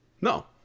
No